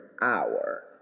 hour